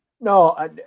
No